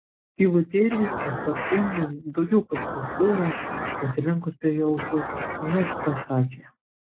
tylutėliai paslaptingai daugiau pašnibždėjo pasilenkus prie jo ausies neg pasakė